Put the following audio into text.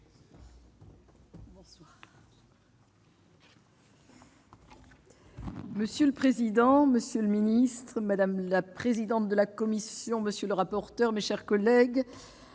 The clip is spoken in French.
Monsieur le président, monsieur le ministre, madame la présidente de la commission, monsieur le rapporteur, mes chers collègues,